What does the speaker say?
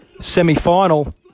semi-final